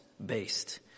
Based